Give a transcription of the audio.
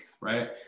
right